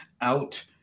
out